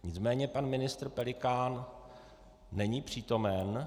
Nicméně pan ministr Pelikán není přítomen.